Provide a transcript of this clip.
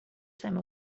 time